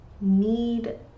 need